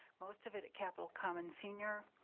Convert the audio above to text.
most of it at capital common senior,